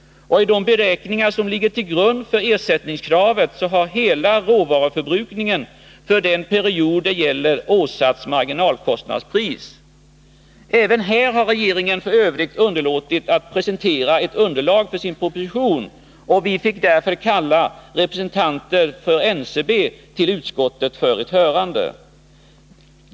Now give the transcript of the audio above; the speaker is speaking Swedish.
I de beräkningar som ligger till grund för ersättningskravet har hela råvaruförbrukningen för den period det gäller åsatts marginalkostnadspris. Även här har regeringen f. ö. underlåtit att presentera ett underlag för sin proposition. Vi fick därför kalla representanter för NCB till utskottet för hörande.